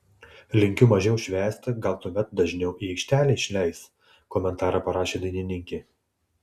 linkiu mažiau švęsti gal tuomet dažniau į aikštelę išleis komentarą parašė dainininkė